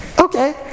Okay